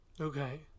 Okay